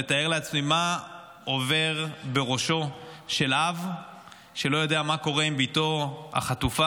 לתאר לעצמי מה עובר בראשו של אב שלא יודע מה קורה עם בתו החטופה,